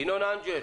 ינון אנגל,